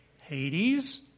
Hades